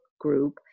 group